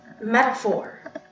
metaphor